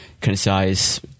concise